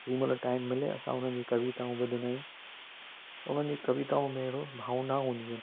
जेॾी महिल टाइम मिले असां उनजी कविताऊं ॿुधंदा आहियूं उन्हनि जी कविताउनि में अहिड़ो भावना हूंदी आहिनि